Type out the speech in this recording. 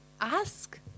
ask